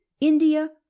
india